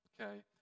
okay